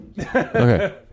Okay